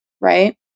right